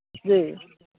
जी